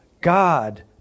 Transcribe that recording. God